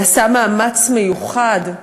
נעשה מאמץ מיוחד,